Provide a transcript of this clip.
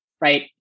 Right